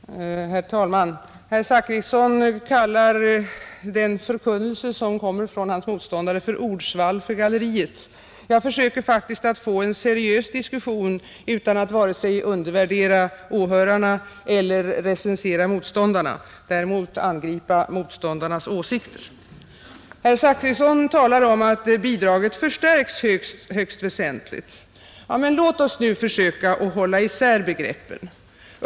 Herr talman! Herr Zachrisson kallar den förkunnelse som kommer från hans motståndare för ”ordsvall för galleriet”. Jag försöker faktiskt att få till stånd en seriös diskussion utan att vare sig undervärdera åhörarna eller recensera motståndarna. Däremot angriper jag motståndarnas åsikter. Herr Zachrisson talar om att bidraget förstärks högst väsentligt. Ja, men låt oss nu försöka hålla isär begreppen!